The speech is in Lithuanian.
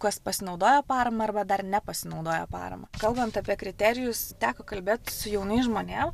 kas pasinaudojo parama arba dar nepasinaudojo parama kalbant apie kriterijus teko kalbėt su jaunais žmonėm